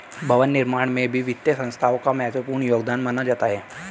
भवन निर्माण में भी वित्तीय संस्थाओं का महत्वपूर्ण योगदान माना जाता है